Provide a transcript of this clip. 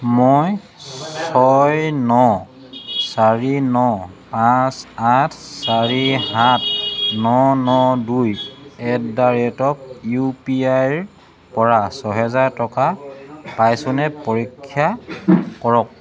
মই ছয় ন চাৰি ন পাঁচ আঠ চাৰি সাত ন ন দুই at the rate U P আইৰপৰা ছহেজাৰ টকা পাইছোঁনে পৰীক্ষা কৰক